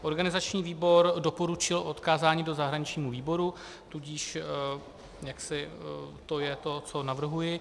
Organizační výbor doporučil odkázání do zahraničního výboru, tudíž to je to, co navrhuji.